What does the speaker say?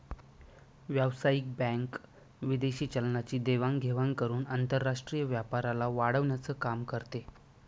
व्यावसायिक बँक विदेशी चलनाची देवाण घेवाण करून आंतरराष्ट्रीय व्यापाराला वाढवण्याचं काम करते